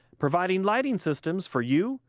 providing lighting systems for you,